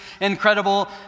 incredible